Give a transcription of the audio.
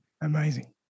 Amazing